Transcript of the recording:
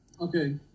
okay